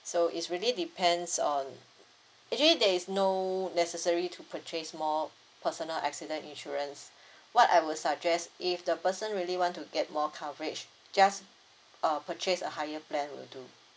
so is really depends on actually there is no necessary to purchase more personal accident insurance what I would suggest if the person really want to get more coverage just uh purchase a higher plan will do